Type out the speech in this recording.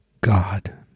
God